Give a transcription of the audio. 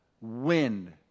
wind